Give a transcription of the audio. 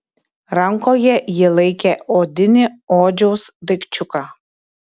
rankoje ji laikė odinį odžiaus daikčiuką